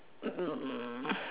um